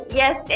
yes